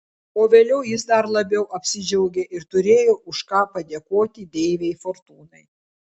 o vėliau jis dar labiau apsidžiaugė ir turėjo už ką padėkoti deivei fortūnai